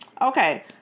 Okay